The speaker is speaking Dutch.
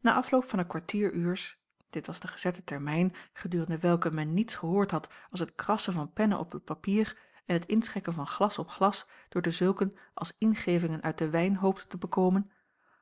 na afloop van een kwartieruurs dit was de gezette termijn gedurende welken men niets gehoord had als het krassen van pennen op het papier en het inschenken van glas op glas door dezulken als ingevingen uit den wijn hoopten te bekomen